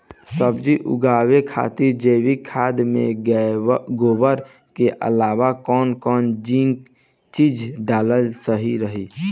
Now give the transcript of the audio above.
सब्जी उगावे खातिर जैविक खाद मे गोबर के अलाव कौन कौन चीज़ डालल सही रही?